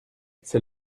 c’est